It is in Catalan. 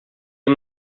amb